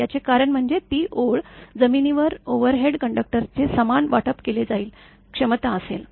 याचे कारण म्हणजे ती ओळ जमिनीवर ओव्हरहेड कंडक्टरचे समान वाटप केले जाईल क्षमता असेल